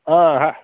ஆ ஹ